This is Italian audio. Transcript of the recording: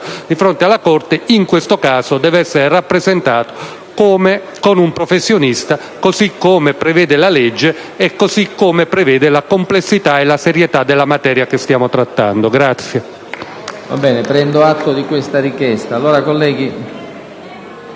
di fronte alla Corte, in questo caso deve essere rappresentato da un professionista, così come prevede la legge e così come prevedono la complessità e la serietà della materia che stiamo trattando.